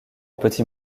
petits